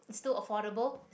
it's still affordable